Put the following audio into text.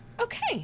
okay